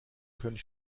können